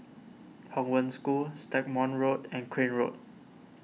Hong Wen School Stagmont Road and Crane Road